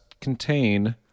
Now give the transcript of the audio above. contain